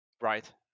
Right